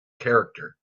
character